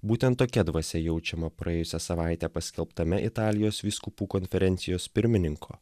būtent tokia dvasia jaučiama praėjusią savaitę paskelbtame italijos vyskupų konferencijos pirmininko